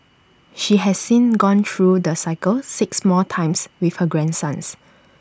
she has since gone through the cycle six more times with her grandsons